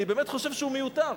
אני באמת חושב שהוא מיותר.